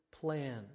plan